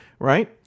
Right